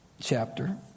chapter